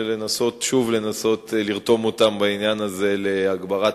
ולנסות שוב לרתום אותם בעניין הזה להגברת